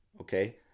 Okay